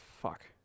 fuck